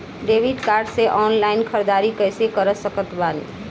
Debit card से online ख़रीदारी कैसे कर सकत बानी?